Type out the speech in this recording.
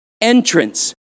entrance